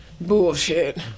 Bullshit